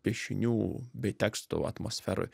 piešinių bei tekstų atmosferoj